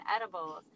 edibles